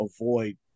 avoid